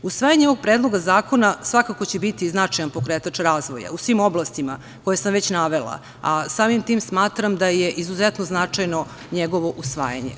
Usvajanje ovog Predloga zakona svakako će biti značajan pokretač razvoja u svim oblastima koje sam već navela, a samim tim smatram da je izuzetno značajno njegovo usvajanje.